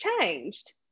changed